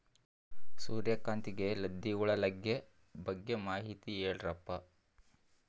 ಸೂರ್ಯಕಾಂತಿಗೆ ಲದ್ದಿ ಹುಳ ಲಗ್ಗೆ ಬಗ್ಗೆ ಮಾಹಿತಿ ಹೇಳರಪ್ಪ?